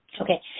Okay